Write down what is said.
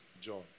John